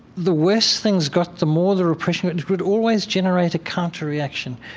the worst things got, the more the repression, it would always generate a counter reaction,